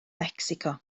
mecsico